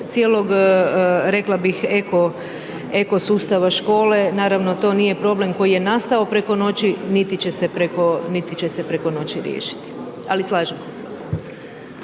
cijelog rekla bih eko, eko sustava škole. Naravno to nije problem koji je nastao preko noći, niti će se preko, niti će se preko noći riješiti, ali slažem se s vama.